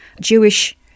Jewish